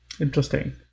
Interesting